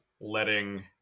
letting